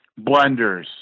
blenders